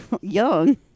young